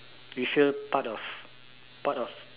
you sure part of part of